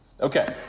Okay